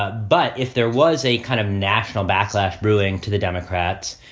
ah but if there was a kind of national backlash brewing to the democrats,